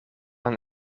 een